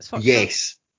Yes